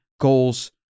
goals